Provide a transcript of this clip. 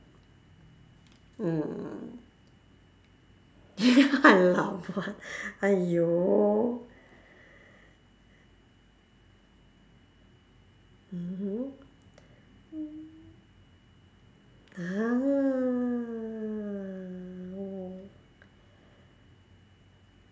mm I laugh ah !haiyo! ah oh